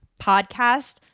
podcast